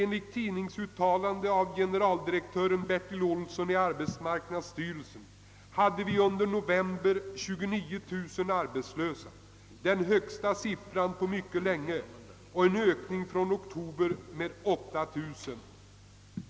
Enligt ett tidningsuttalande av generaldirektör Bertil Olsson fanns under november 29 000 arbetslösa, vilket är den högsta siffran på mycket länge och en ökning från oktober med 8 000.